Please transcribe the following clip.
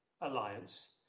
alliance